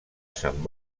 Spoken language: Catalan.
sant